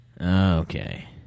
okay